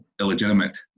illegitimate